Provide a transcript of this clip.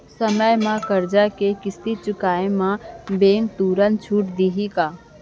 समय म करजा के किस्ती चुकोय म बैंक तुरंत छूट देहि का?